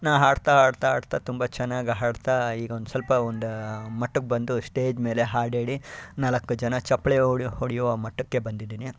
ನಾ ಹಾಡ್ತಾ ಹಾಡ್ತಾ ಹಾಡ್ತಾ ತುಂಬ ಚೆನ್ನಾಗಿ ಹಾಡ್ತಾ ಈಗ ಒಂದು ಸ್ವಲ್ಪ ಒಂದು ಮಟ್ಟಕ್ಕೆ ಬಂದು ಸ್ಟೇಜ್ ಮೇಲೆ ಹಾಡು ಹೇಳಿ ನಾಲ್ಕು ಜನ ಚಪ್ಪಾಳೆ ಹೊಡಿಯೋ ಹೊಡಿಯೋ ಮಟ್ಟಕ್ಕೆ ಬಂದಿದ್ದೀನಿ